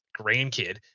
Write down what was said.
grandkid